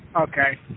okay